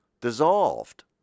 dissolved